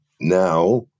now